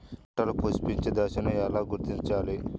పంటలలో పుష్పించే దశను ఎలా గుర్తించాలి?